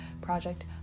project